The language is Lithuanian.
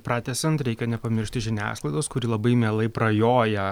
pratęsiant reikia nepamiršti žiniasklaidos kuri labai mielai prajoja